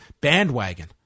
bandwagon